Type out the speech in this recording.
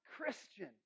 Christian